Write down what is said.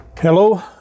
Hello